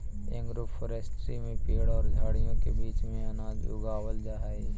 agroforestry में पेड़ों और झाड़ियों के बीच में अनाज उगावाल जा हई